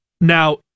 Now